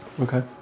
Okay